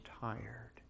tired